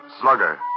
Slugger